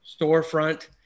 storefront